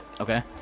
Okay